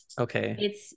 Okay